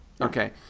Okay